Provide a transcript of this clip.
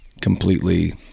completely